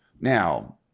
Now